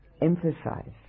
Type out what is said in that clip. emphasize